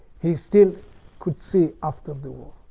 he still could see after the war.